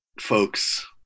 folks